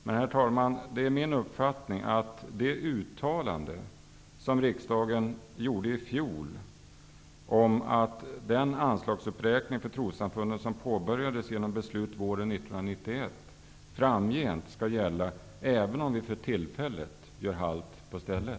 Men, herr talman, det är min uppfattning att det uttalande som riksdagen gjorde i fjol om att den anslagsuppräkning för trossamfunden som påbörjades genom beslut våren 1991 framgent skall gälla, även om vi för tillfället gör halt på stället.